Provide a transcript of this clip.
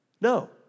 No